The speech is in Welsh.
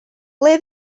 ble